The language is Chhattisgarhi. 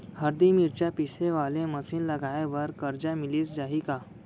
हरदी, मिरचा पीसे वाले मशीन लगाए बर करजा मिलिस जाही का?